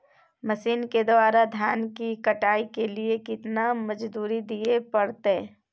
Machine के द्वारा धान की कटाइ के लिये केतना मजदूरी दिये परतय?